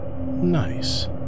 nice